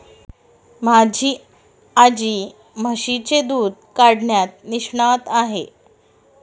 माझी आजी म्हशीचे दूध काढण्यात निष्णात आहे